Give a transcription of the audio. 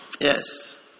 Yes